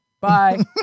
bye